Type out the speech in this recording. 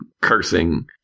cursing